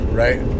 right